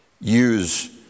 use